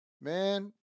Man